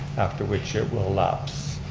after which it will lapse.